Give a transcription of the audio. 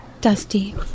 Dusty